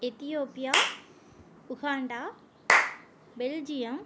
Ethiopia Uganda Belgium